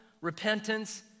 repentance